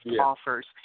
offers